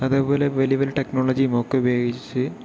അതേപോലെ വലിയ വലിയ ടെക്നോളജിയും ഒക്കെ ഉപയോഗിച്ച്